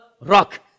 rock